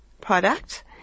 product